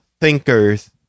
thinkers